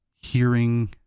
hearing